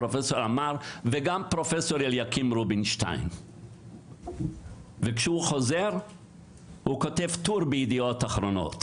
פרופסור עמאר ופרופסור אליקים רובינשטיין שכשחזר כתב ב"ידיעות אחרונות"